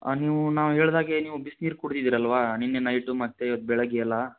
ನೀವು ನಾವು ಹೇಳಿದಾಗೆ ನೀವು ಬಿಸ್ನೀರು ಕುಡಿದಿದೀರಲ್ವ ನಿನ್ನೆ ನೈಟು ಮತ್ತು ಇವತ್ತು ಬೆಳಿಗ್ಗೆ ಎಲ್ಲ